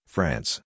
France